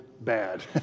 bad